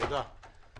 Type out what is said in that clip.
תודה.